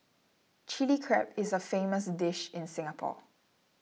Chilli Crab is a famous dish in Singapore